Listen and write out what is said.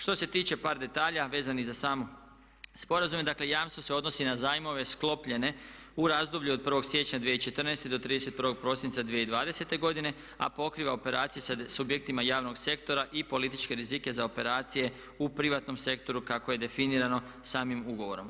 Što se tiče par detalja vezanih za sam sporazum, dakle jamstvo se odnosi na zajmove sklopljene u razdoblju od 1. siječnja 2014. do 31. prosinca 2020. godine, a pokriva operacije sa subjektima javnog sektora i političke rizike za operacije u privatnom sektoru kako je definirano samim ugovorom.